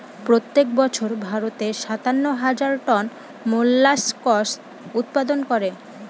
প্রত্যেক বছর ভারতে সাতান্ন হাজার টন মোল্লাসকস উৎপাদন হয়